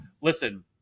listen –